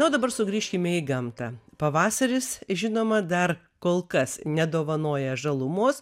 na o dabar sugrįžkime į gamtą pavasaris žinoma dar kol kas nedovanoja žalumos